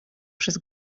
przez